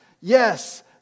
yes